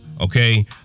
Okay